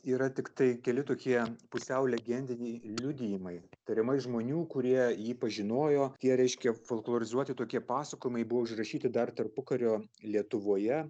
yra tiktai keli tokie pusiau legendiniai liudijimai tariamai žmonių kurie jį pažinojo jie reiškia folklorizuoti tokie pasakojimai buvo užrašyti dar tarpukario lietuvoje